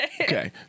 Okay